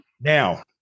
now